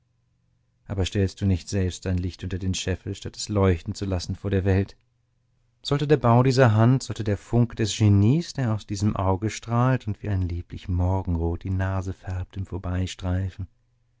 aber stellst du nicht selbst dein licht unter den scheffel statt es leuchten zu lassen vor der welt sollte der bau dieser hand sollte der funke des genies der aus diesem auge strahlt und wie ein lieblich morgenrot die nase färbt im